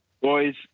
Boys